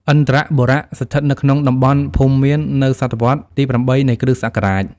ឥន្ទ្របុរៈ ស្ថិតនៅក្នុងតំបន់ ភូមិមៀន នៅសតវត្សរ៍ទី៨ នៃគ្រិស្តសករាជ។